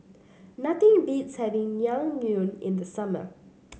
nothing beats having Naengmyeon in the summer